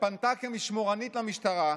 שפנתה כמשמורנית למשטרה,